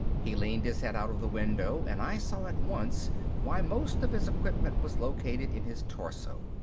he leaned his head out of the window and i saw at once why most of his equipment was located in his torso.